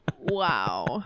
Wow